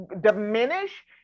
diminish